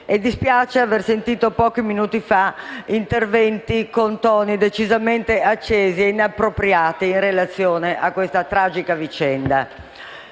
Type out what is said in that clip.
mi dispiace aver sentito pochi minuti fa interventi con toni decisamente accesi e inappropriati in relazione a questa tragica vicenda.